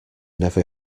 never